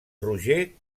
roger